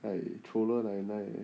哎 troller 奶奶 eh